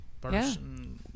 person –